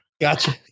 Gotcha